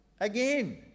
again